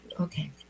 okay